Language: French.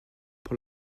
pour